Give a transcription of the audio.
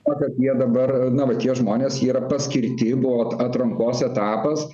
ta kad jie dabar na va tie žmonės jie yra paskirti buvo at atrankos etapas